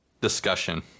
discussion